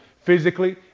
physically